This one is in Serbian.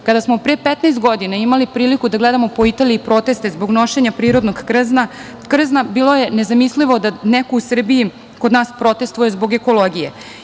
smo pre 15 godina imali priliku da gledamo po Italiji proteste zbog nošenja prirodnog krzna, bilo je nezamislivo da neko u Srbiji kod nas protestuje zbog ekologije.